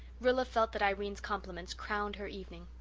rilla felt that irene's compliments crowned her evening.